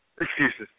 Excuses